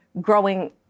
growing